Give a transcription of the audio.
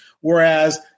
whereas